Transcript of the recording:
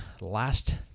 last